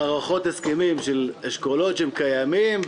הארכות הסכמים של אשכולות שהם קיימים,